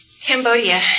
Cambodia